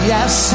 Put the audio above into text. Yes